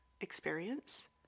experience